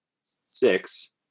six